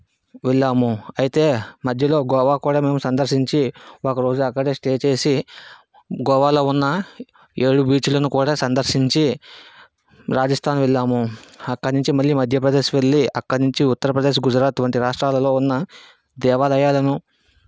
వెళ్ళాము అయితే మధ్యలో గోవా కూడా మేము సందర్శించి ఒకరోజు అక్కడే స్టే చేసి గోవాలో ఉన్న ఏడు బీచ్లను కూడా సందర్శించి రాజస్థాన్ వెళ్ళాము అక్కడ్నుంచి మళ్ళీ మధ్యప్రదేశ్ వెళ్ళి అక్కడ్నుంచి ఉత్తరప్రదేశ్ గుజరాత్ వంటి రాష్ట్రాలలో ఉన్న దేవాలయాలను